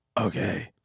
Okay